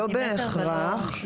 לא בהכרח.